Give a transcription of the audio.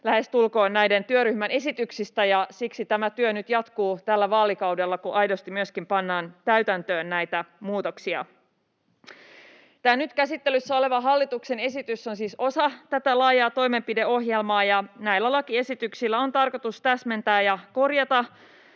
lähestulkoon yhtäkään työryhmän esityksistä, ja siksi tämä työ nyt jatkuu tällä vaalikaudella, kun aidosti myöskin pannaan täytäntöön näitä muutoksia. Tämä nyt käsittelyssä oleva hallituksen esitys on siis osa tätä laajaa toimenpideohjelmaa, ja näillä lakiesityksillä on tarkoitus täsmentää ja korjata